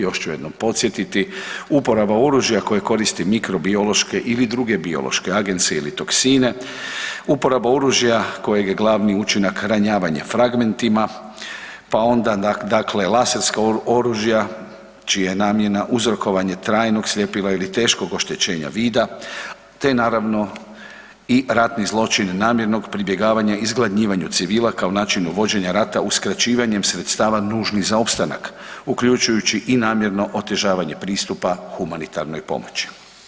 Još ću jednom podsjetiti uporaba oružja koje koristi mikrobiološke ili druge biološke agense ili toksine uporaba oružja kojeg je glavni učinak ranjavanje fragmentima, pa onda dakle laserska oružja čija je namjena uzrokovanje trajnog sljepila ili teškog oštećenja vida te naravno i ratni zločin namjernog pribjegavanja izgladnjivanju civila kao načinu vođenju rata uskraćivanjem sredstava nužnih za opstanak, uključujući i namjerno otežavanje pristupa humanitarnoj pomoći.